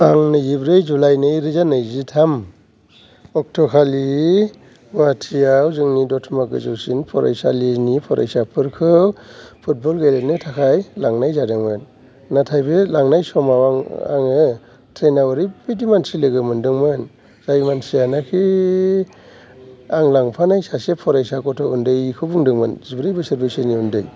आं नैजिब्रै जुलाइ नि नैरोजा नैजिथाम अक्ट'खालि गुवाहाटीयाव जोंनि दतमा गोजौसिन फरायसालिनि फरायसाफोरखौ फुटबल गेलेनो थाखाय लांनाय जादोंमोन नाथाय बे लांनाय समाव आं आङो ट्रेनाव ओरैबादि मानसि लोगो मोनदोंमोन जाय मानसिया नाखि आं लांफानाय सासे फरायसा गथ' उन्दैखौ बुंदोंमोन जिब्रै बोसोर बैसोनि उन्दै